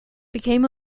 became